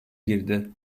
girdi